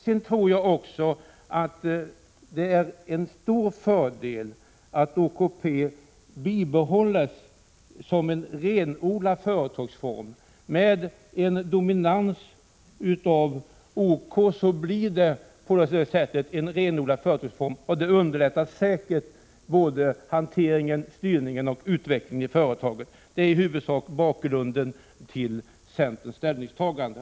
Sedan tror jag också att det är en stor fördel att OKP bibehålls som en renodlad företagsform. Om OK dominerar blir det en renodlad företagsform, vilket säkert underlättar både hanteringen, styrningen och utvecklingen i företaget. Detta är i huvudsak bakgrunden till centerns ställningstagande.